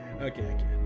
Okay